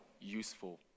useful